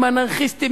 אנרכיסטים,